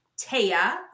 Taya